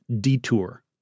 detour